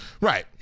Right